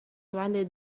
twenty